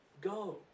go